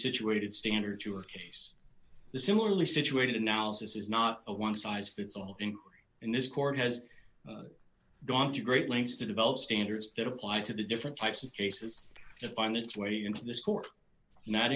situated standard to her case the similarly situated analysis is not a one size fits all in this court has gone to great lengths to develop standards that apply to the different types of cases to find its way into this court and that